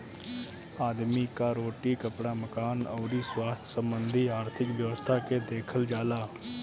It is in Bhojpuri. आदमी कअ रोटी, कपड़ा, मकान अउरी स्वास्थ्य संबंधी आर्थिक व्यवस्था के देखल जाला